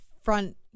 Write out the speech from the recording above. front